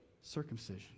circumcision